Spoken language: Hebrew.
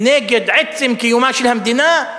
ונגד עצם קיומה של המדינה,